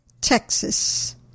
Texas